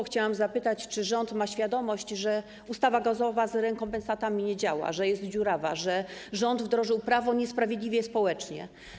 Chciałam zapytać, czy rząd ma świadomość, że ustawa gazowa z rekompensatami nie działa, że jest dziurawa, że wdrożył prawo niesprawiedliwe społecznie.